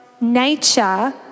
nature